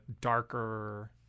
darker